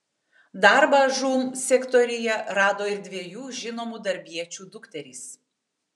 darbą žūm sektoriuje rado ir dviejų žinomų darbiečių dukterys